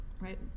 right